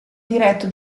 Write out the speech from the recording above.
diretto